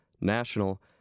national